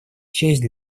честь